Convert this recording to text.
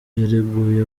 yireguye